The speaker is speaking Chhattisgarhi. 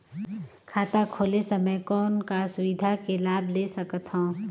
खाता खोले समय कौन का सुविधा के लाभ ले सकथव?